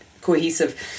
cohesive